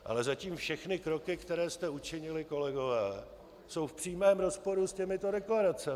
Ale zatím všechny kroky, které jste učinili, kolegové, jsou v přímém rozporu s těmito deklaracemi.